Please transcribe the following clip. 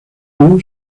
who